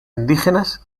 indígenas